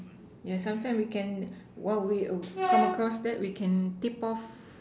yeah sometimes we can what we come across that we can tip off